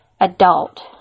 adult